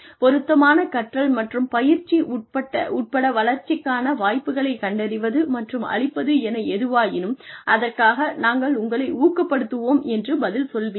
பொருத்தமான கற்றல் மற்றும் பயிற்சி உட்பட வளர்ச்சிக்கான வாய்ப்புகளைக் கண்டறிவது மற்றும் அளிப்பது என எதுவாயினும் அதற்காக நாங்கள் உங்களை ஊக்கப்படுத்துவோம் என்று பதில் சொல்வீர்கள்